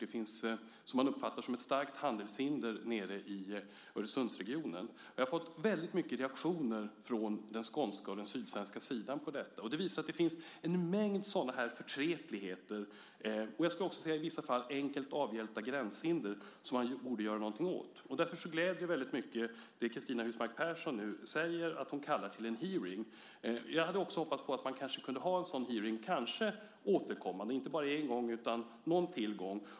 Det uppfattar man som ett starkt handelshinder nere i Öresundsregionen. Jag har fått väldigt mycket reaktioner från den skånska och sydsvenska sidan på detta. Det visar att det finns en mängd sådana förtretligheter och i vissa fall enkelt avhjälpta gränshinder som man borde göra någonting åt. Därför gläder det mig väldigt mycket att Cristina Husmark Pehrsson nu säger att hon kallar till en hearing. Jag hade hoppats på att man kanske kunde ha en sådan hearing återkommande och inte bara en gång utan någon till gång.